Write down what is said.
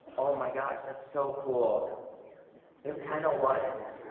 oh my gosh, that's so cool it kind of was